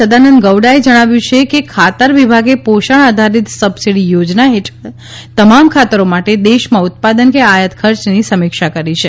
સદાનંદ ગૌડાએ જણાવ્યું છે કે ખાતર વિભાગે પોષણ આધારિત સબસિડી યોજના હેઠળ તમામ ખાતરી માટે દેશમાં ઉત્પાદન કે આયાત ખર્ચની સમિક્ષા શરૂ કરી છે